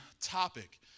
topic